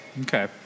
Okay